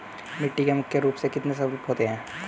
मिट्टी के मुख्य रूप से कितने स्वरूप होते हैं?